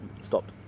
stopped